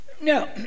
Now